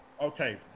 Okay